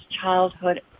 childhood